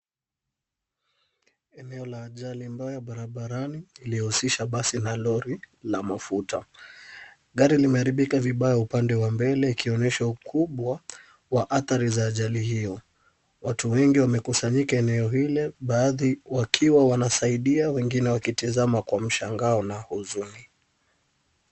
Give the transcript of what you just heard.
Eneo la ajali mbaya barabarani iliyohusisha basi na lori la mafuta. Gari limeharibika vibaya upande wa mbele ikionyesha ukubwa wa athari za ajali hiyo. Watu wengi wamekusanyika eneo hili baadhi wakiwa wanasaidia wengine wakitizama kwa mshangao na huzuni.